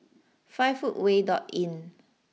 five footway dot Inn